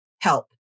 help